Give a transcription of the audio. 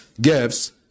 gifts